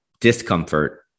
discomfort